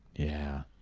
yeah,